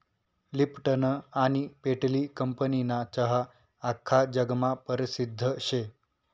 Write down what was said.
Lipton आनी पेटली कंपनीना चहा आख्खा जगमा परसिद्ध शे